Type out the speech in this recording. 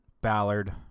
Ballard